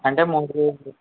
అంటే మంత్లీ